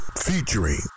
Featuring